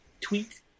tweet